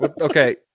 Okay